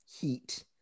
Heat